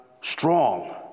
strong